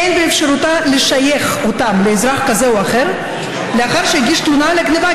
אין באפשרותה לשייך אותם לאזרח כזה או אחר לאחר שהגיש תלונה על הגנבה,